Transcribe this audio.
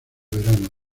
verano